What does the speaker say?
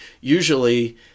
usually